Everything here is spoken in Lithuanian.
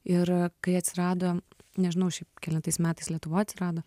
ir kai atsirado nežinau šiai kelintais metais lietuvoj atsirado